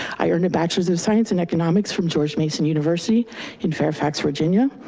i earned a bachelors of science in economics from george mason university in fairfax, virginia.